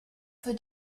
für